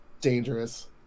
dangerous